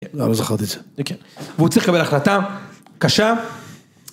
‫אני לא זוכרתי את זה. ‫-כן, והוא צריך לקבל החלטה קשה.